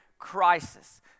crisis